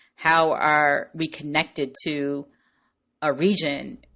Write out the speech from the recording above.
how are we connected to a region?